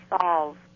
solve